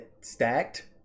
stacked